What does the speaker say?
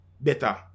better